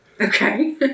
Okay